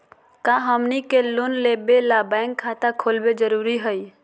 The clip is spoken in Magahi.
का हमनी के लोन लेबे ला बैंक खाता खोलबे जरुरी हई?